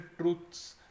truths